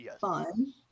Fun